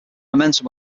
momentum